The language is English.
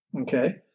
okay